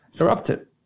erupted